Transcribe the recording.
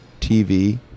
tv